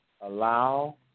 allow